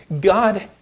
God